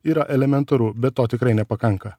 yra elementaru bet to tikrai nepakanka